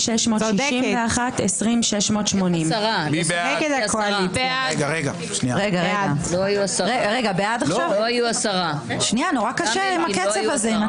20,261 עד 20,280. מעניין מה טלי חושבת על האמירה